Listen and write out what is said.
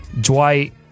Dwight